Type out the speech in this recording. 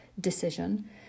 decision